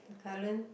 the current